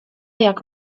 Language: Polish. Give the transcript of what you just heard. jak